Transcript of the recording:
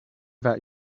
that